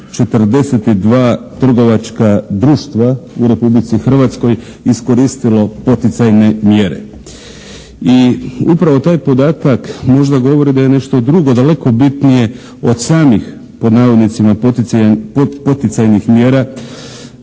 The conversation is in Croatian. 42 trgovačka društva u Republici Hrvatskoj iskoristilo poticajne mjere. I upravo taj podatak možda govori da je nešto drugo, daleko bitnije od samih, pod navodnicima, poticajnih mjera,